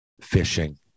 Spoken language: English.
fishing